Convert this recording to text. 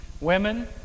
Women